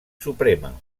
suprema